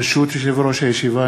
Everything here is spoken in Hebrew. ברשות יושב-ראש הישיבה,